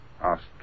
asked